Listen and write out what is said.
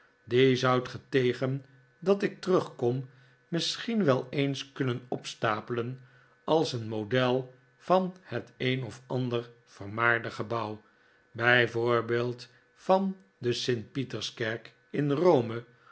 zoudt ge tegen dat ik terugkom misschien wel eens kunnen opstapelen als een model van het een of andere vermaarde gebouw brj voorbeeld van de st pieterskerk in rome